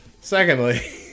secondly